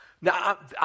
Now